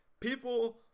people